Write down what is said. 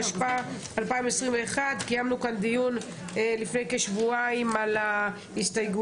התשפ"א 2021. קיימנו כאן דיון לפני כשבועיים על ההסתייגויות,